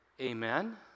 Amen